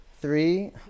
three